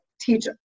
teach